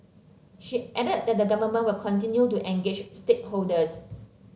she added that the government will continue to engage stakeholders